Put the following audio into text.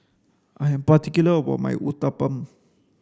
I am particular about my Uthapam